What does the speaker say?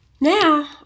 now